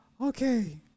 Okay